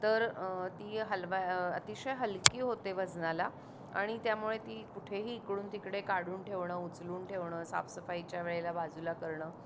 तर ती हलवा अतिशय हलकी होते वजनाला आणि त्यामुळे ती कुठेही इकडून तिकडे काढून ठेवणं उचलून ठेवणं साफसफाईच्या वेळेला बाजूला करणं